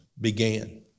began